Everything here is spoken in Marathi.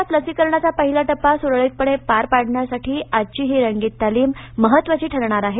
देशात लसीकरणाया पहिला टप्पा सुरळीतपणे पार पाडण्यासाठी आजषी ही रंगीत तालीम महत्वायी ठरणार आहे